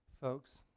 Folks